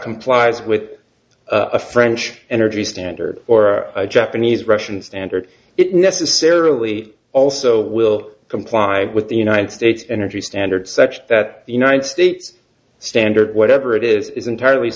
complies with a french energy standard or japanese russian standard it necessarily also will comply with the united states energy standard such that the united states standard whatever it is is entirely